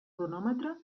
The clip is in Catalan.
cronòmetre